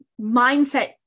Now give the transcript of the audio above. mindset